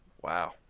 Wow